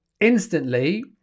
instantly